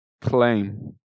claim